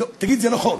תגיד, זה נכון.